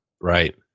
Right